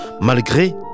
malgré